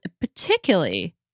particularly